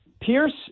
Pierce